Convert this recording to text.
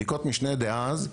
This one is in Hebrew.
בדיקות משנה דאז,